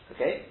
Okay